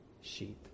sheep